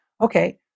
Okay